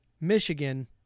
Michigan